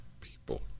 people